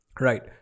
Right